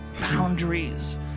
boundaries